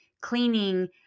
cleaning